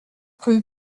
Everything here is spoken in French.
rue